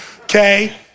Okay